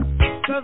Cause